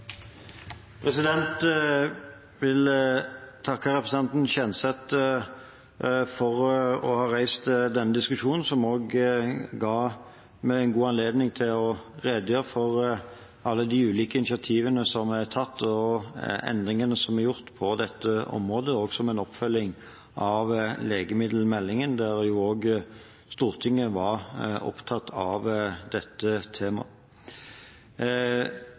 vil takke representanten Kjenseth for å ha reist denne diskusjonen, som også ga meg en god anledning til å redegjøre for alle de ulike initiativene som er tatt, og de endringene som er gjort på dette området – og som en oppfølging av behandlingen av legemiddelmeldingen, da Stortinget også var opptatt av dette